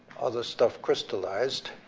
other stuff crystallized.